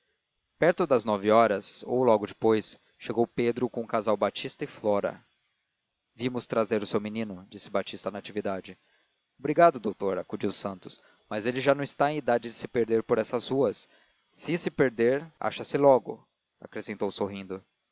perto das nove horas ou logo depois chegou pedro com o casal batista e flora vimos trazer o seu menino disse batista a natividade obrigado doutor acudiu santos mas ele já não está em idade de se perder por essas ruas e se se perder acha-se logo acrescentou sorrindo